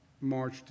March